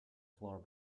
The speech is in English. floor